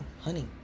honey